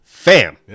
Fam